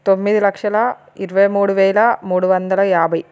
తొమ్మిది లక్షల ఇరవై మూడు వేల మూడు వందల యాభై